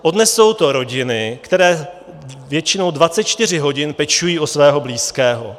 Odnesou to rodiny, které většinou 24 hodin pečují o svého blízkého.